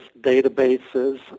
databases